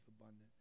abundant